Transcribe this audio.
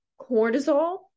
cortisol